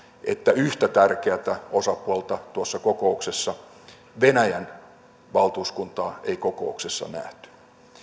että yhtä tärkeätä osapuolta tuossa kokouksessa venäjän valtuuskuntaa ei kokouksessa nähty